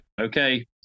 okay